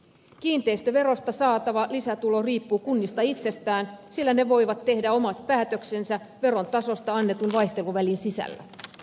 kiinteistöverosta saatava lisätulo riippuu kunnista itsestään sillä ne voivat tehdä omat päätöksensä veron tasosta annetun vaihteluvälin sisällä